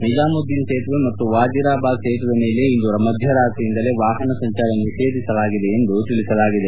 ನಿಜಾಮುಧೀನ್ ಸೇತುವೆ ಮತ್ತು ವಾಜರಾಬಾದ್ ಸೇತುವೆಯ ಮೇಲೆ ಇಂದು ಮಧ್ಯರಾತ್ರಿಯಿಂದಲೇ ವಾಪನ ಸಂಚಾರ ನಿಷೇಧಿಸಲಾಗಿದೆ ಎಂದು ತಿಳಿಸಲಾಗಿದೆ